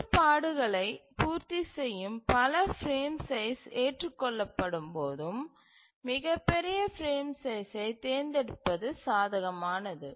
கட்டுப்பாடுகளை பூர்த்திசெய்யும் பல பிரேம் சைஸ் ஏற்றுக் கொள்ளப்படும் போது மிகப்பெரிய பிரேம் சைஸ்சை தேர்ந்தெடுப்பது சாதகமானது